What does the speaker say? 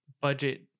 budget